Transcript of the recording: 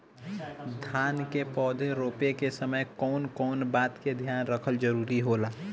धान के पौधा रोप के समय कउन कउन बात के ध्यान रखल जरूरी होला?